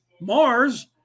Mars